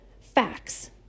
facts